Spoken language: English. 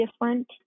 different